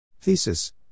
Thesis